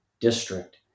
district